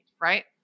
right